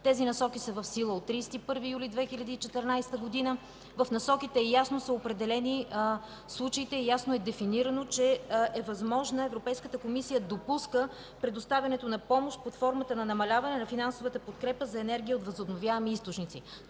Тези Насоки са в сила от 31 юли 2014 г. В Насоките ясно са определени случаите, ясно е дефинирано, че е възможно и Европейската комисия допуска предоставянето на помощ под формата на намаляване на финансовата подкрепа за енергия от възобновяеми източници.